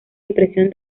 impresión